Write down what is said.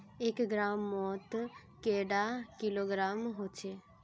एक ग्राम मौत कैडा किलोग्राम होचे?